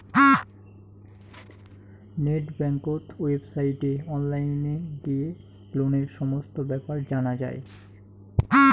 net বেংকত ওয়েবসাইটে online গিয়ে লোনের সমস্ত বেপার জানা যাই